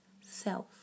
self